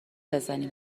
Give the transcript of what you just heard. بزنیم